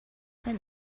when